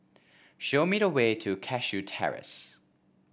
show me the way to Cashew Terrace